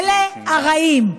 אלה הרעים.